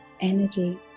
energy